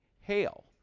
hail